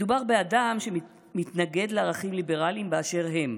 מדובר באדם שמתנגד לערכים ליברליים באשר הם,